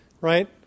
right